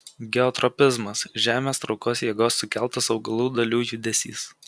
geotropizmas žemės traukos jėgos sukeltas augalų dalių judesys